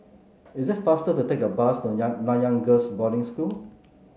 is it faster to take the bus to Nanyang Girls' Boarding School